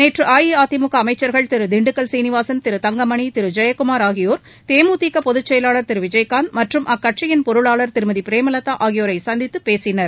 நேற்று அஇஅதிமுக அமைச்சர்கள் திரு திண்டுக்கல் சீனிவாசன் திரு தங்கமணி திரு ஜெயக்குமார் ஆகியோர் தேமுதிக பொதுச்செயலாளர் திரு விஜயகாந்த் மற்றும் அக்கட்சியின் பொருளாளர் திருமதி பிரேமலதா ஆகியோரை சந்தித்து பேசினர்